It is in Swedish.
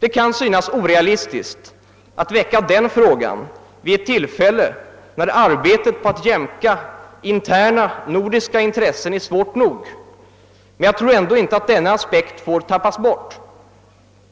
Det kan synas orealistiskt att väcka denna fråga vid ett tillfälle när arbetet på att jämka interna nordiska intressen är svårt nog, men jag tror ändå inte att denna aspekt får tappas bort.